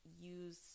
use